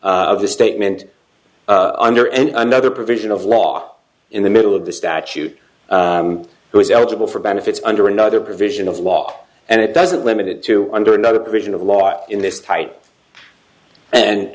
of the statement under and another provision of law in the middle of the statute who is eligible for benefits under another provision of law and it doesn't limit it to under another provision of law in this tight and